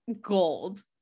gold